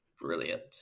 Brilliant